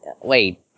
Wait